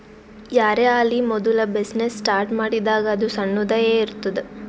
ಯಾರೇ ಆಲಿ ಮೋದುಲ ಬಿಸಿನ್ನೆಸ್ ಸ್ಟಾರ್ಟ್ ಮಾಡಿದಾಗ್ ಅದು ಸಣ್ಣುದ ಎ ಇರ್ತುದ್